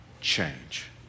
change